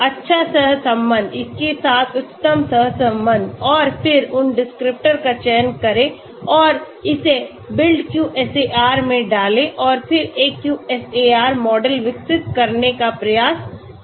अच्छा सहसंबंध इसके साथ उच्चतम सहसंबंध और फिर उन डिस्क्रिप्टर का चयन करें और इसे BuildQSAR में डालें और फिर एक QSAR मॉडल विकसित करने का प्रयास करें